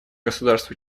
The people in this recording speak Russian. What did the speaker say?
государств